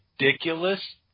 ridiculous